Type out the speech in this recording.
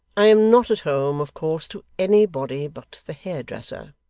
i am not at home, of course, to anybody but the hairdresser